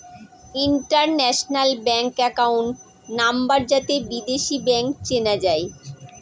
international bank account number যাতে বিদেশী bank চেনা যায়